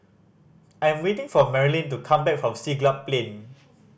I' m waiting for Marilyn to come back from Siglap Plain